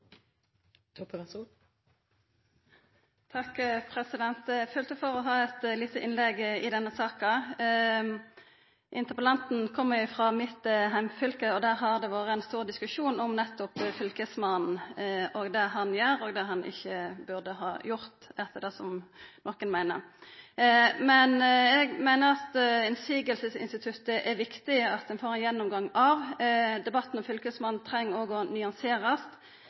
følte for å ha eit lite innlegg i denne saka. Interpellanten kjem frå mitt heimfylke, og der har det vore ein stor diskusjon om nettopp Fylkesmannen og det han gjer og – etter det nokon meiner – ikkje burde ha gjort. Men eg meiner det er viktig at ein får ein gjennomgang av motsegnsinstituttet. Debatten om Fylkesmannen treng også å